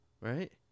right